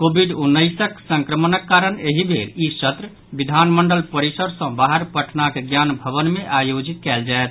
Covid उन्नैसक संक्रमणक कारण एहि बेर ई सत्र विधान मंडल परिसर सँ बाहर पटनाक ज्ञान भवन मे आयोजित कयल जायत